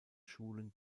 schulen